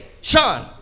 Sean